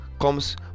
comes